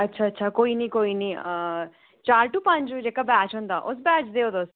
अच्छा अच्छा कोई नी कोई नी चार टू पंज जेह्का बैच हुंदा उस बैच दे ओ तुस